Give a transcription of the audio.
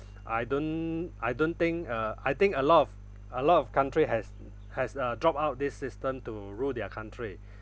I don't I don't think uh I think a lot of a lot of country has has uh dropped out this system to rule their country